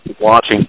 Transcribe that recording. watching